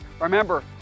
Remember